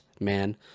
man